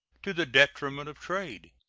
to the detriment of trade.